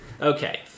Okay